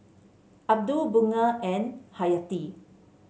Abdul Bunga and Hayati